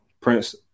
Prince